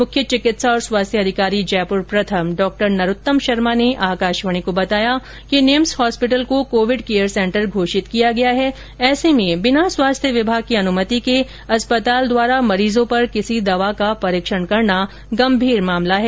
मुख्य चिकित्सा और स्वास्थ्य अधिकारी जयपुर प्रथम डॉ नरोत्तम शर्मा ने आकाशवाणी को बताया कि निम्स हॉस्पिटल को कोविड केयर सेंटर घोषित किया गया है ऐसे में बिना स्वास्थ्य विभाग की अनुमति के अस्पताल द्वारा मरीजों पर किसी दवा का परीक्षण करना गंभीर मामला है